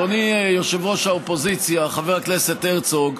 אדוני יושב-ראש האופוזיציה חבר הכנסת הרצוג,